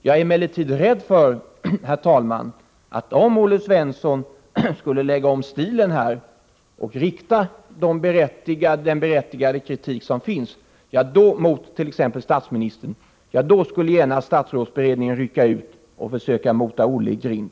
Jag är emellertid rädd för, herr talman, att om Olle Svensson skulle lägga om stilen och rikta berättigad kritik mot statsministern, då skulle statsrådsberedningen genast rycka ut och försöka mota Olle i grind.